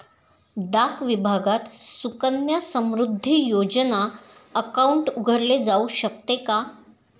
डाक विभागात सुकन्या समृद्धी योजना अकाउंट उघडले जाऊ शकते का?